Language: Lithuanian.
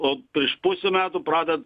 o prieš pusę metų praded